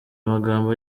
amagambo